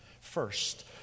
First